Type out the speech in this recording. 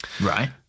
Right